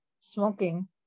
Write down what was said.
smoking